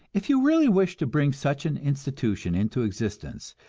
if you really wish to bring such an institution into existence,